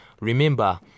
remember